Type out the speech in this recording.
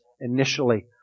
initially